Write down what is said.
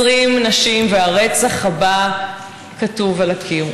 20 נשים, והרצח הבא כתוב על הקיר.